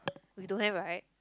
we don't have right